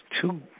two